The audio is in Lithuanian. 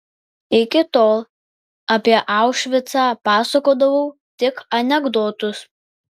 iki tol apie aušvicą pasakodavau tik anekdotus